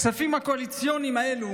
הכספים הקואליציוניים האלה